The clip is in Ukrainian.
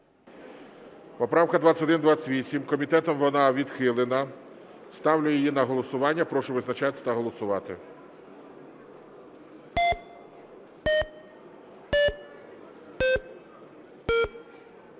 Поправка 2128. Комітетом вона відхилена. Ставлю її на голосування. Прошу визначатись та голосувати.